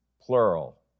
plural